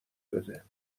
بده